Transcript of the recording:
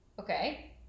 Okay